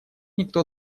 никто